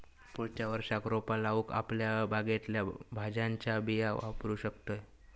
पुढच्या वर्षाक रोपा लाऊक आपल्या बागेतल्या भाज्यांच्या बिया वापरू शकतंस